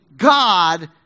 God